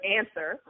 answer